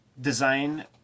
design